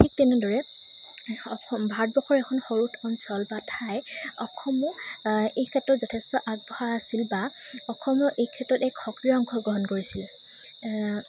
ঠিক তেনেদৰে অসম ভাৰতবৰ্ষৰ এখন সৰু অঞ্চল বা ঠাই অসমো এই ক্ষেত্ৰত যথেষ্ট আগবঢ়া আছিল বা অসমেও এই ক্ষেত্ৰত এক সক্ৰিয় অংশগ্ৰহণ কৰিছিল